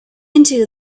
into